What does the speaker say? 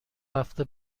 هفته